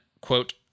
quote